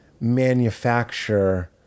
manufacture